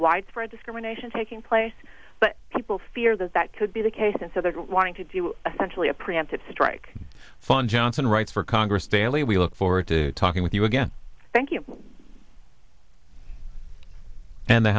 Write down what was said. widespread discrimination taking place but people fear that that could be the case and so they're wanting to do a centrally a preemptive strike fund johnson writes for congress daily we look forward to talking with you again thank you and the